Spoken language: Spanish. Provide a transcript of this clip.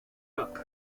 rock